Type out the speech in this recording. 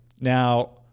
Now